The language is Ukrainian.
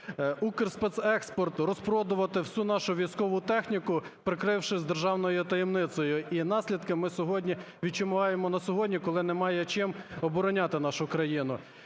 "Укрспецекспорт" розпродувати всю нашу військову техніку, прикрившись державною таємницею. І наслідки сьогодні, відчуваємо на сьогодні, коли немає чим обороняти нашу країну.